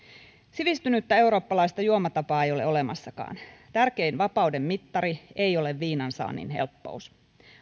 sivistynyttä eurooppalaista juomatapaa ei ole olemassakaan tärkein vapauden mittari ei ole viinan saannin helppous